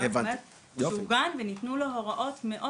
אני רק אומרת שהוא עוגן וניתנו לו הוראות מאוד